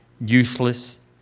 useless